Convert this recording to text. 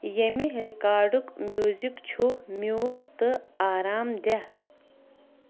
ییٚمہِ رِکاڈُک میوٗزِک چھُ میوٗٹھ تہٕ آرام دیٚہہ